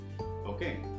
Okay